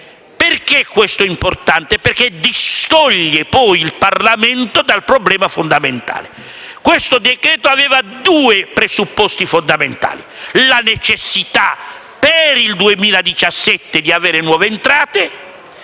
perché questo è importante? Perché distoglie il Parlamento dal problema fondamentale. Questo decreto-legge aveva due presupposti fondamentali: la necessità di nuove entrate